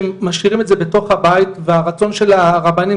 שהם משאירים את זה בתוך הבית והרצון של הרבנים,